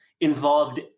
involved